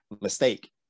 mistake